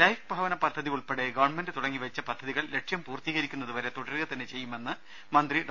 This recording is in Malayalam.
ലൈഫ് ഭവന പദ്ധതി ഉൾപ്പടെ ഗവൺമെന്റ് തുടങ്ങിവെച്ച പദ്ധതികൾ ലക്ഷ്യം പൂർത്തീകരിക്കുന്നതുവരെ തുടരുക തന്നെ ചെയ്യുമെന്ന് മന്ത്രി ഡോ